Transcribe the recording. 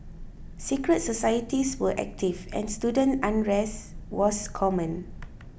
secret societies were active and student unrest was common